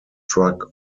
struck